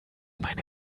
meine